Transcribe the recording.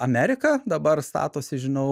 amerika dabar statosi žinau